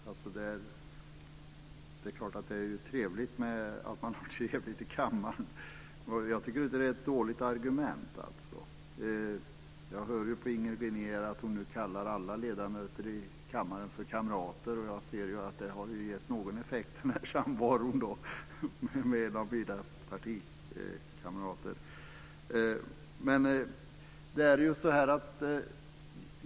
Fru talman! Det är klart att det är trevligt att man har roligt i kammaren, och jag tycker inte att det är ett dåligt argument. Jag hör att Inger René nu kallar alla ledamöter i kammaren kamrater, och då har samvaron med andra än partikamrater haft någon effekt.